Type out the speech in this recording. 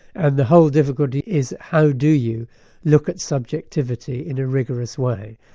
and the whole difficulty is how do you look at subjectivity in a rigorous way.